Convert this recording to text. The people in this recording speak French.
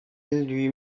lui